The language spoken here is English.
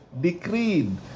decreed